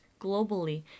globally